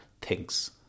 thinks